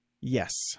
yes